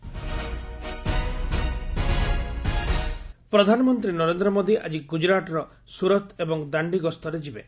PM Gujarat ପ୍ରଧାନମନ୍ତ୍ରୀ ନରେନ୍ଦ୍ର ମୋଦି ଆଜି ଗୁଜରାଟ୍ର ସୁରତ୍ ଏବଂ ଦାଣ୍ଡି ଗସ୍ତରେ ଯିବେ